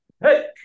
hey